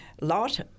lot